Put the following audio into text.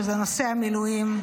שזה נושא המילואים,